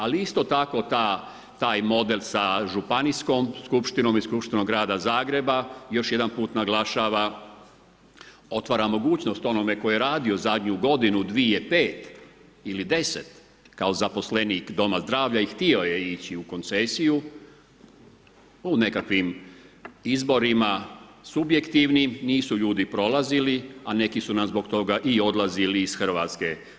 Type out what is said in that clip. Ali, isto tako, taj model sa županijskom skupštinom i Skupštinom Grada Zagreba, još jedanput naglašava, otvara mogućnost tko je radio zadnju godinu, dvije, pet, ili 10 kao zaposlenik doma zdravlja i htio je ići u koncesiju u nekakvim izborima, subjektivnim, nisu ljudi prolazili, a neki su zbog toga i odlazili iz Hrvatske.